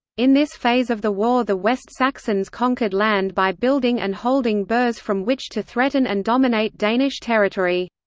in this phase of the war the west saxons conquered land by building and holding burhs from which to threaten and dominate danish territory.